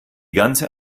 ganze